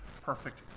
perfect